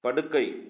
படுக்கை